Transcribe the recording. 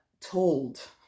told